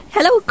Hello